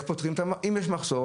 אם יש מחסור,